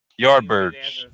Yardbirds